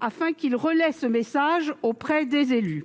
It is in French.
représentants relaient ce message auprès des élus.